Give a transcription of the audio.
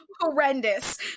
horrendous